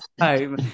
home